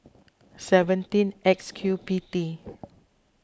seventeen X Q P T